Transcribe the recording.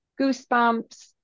goosebumps